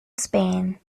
spain